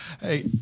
Hey